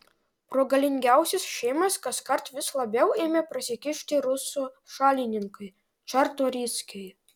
pro galingiausias šeimas kaskart vis labiau ėmė prasikišti rusų šalininkai čartoriskiai